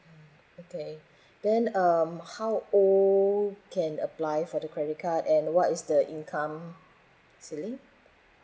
mm okay then um how old can apply for the credit card and what is the income ceiling